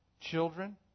children